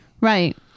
Right